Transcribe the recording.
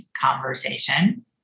conversation